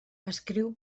escriu